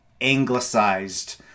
anglicized